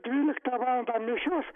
dvyliktą valandą mišios